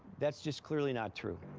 that's just clearly not true.